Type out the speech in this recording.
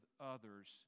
others